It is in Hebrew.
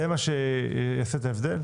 זה מה שיעשה את ההבדל?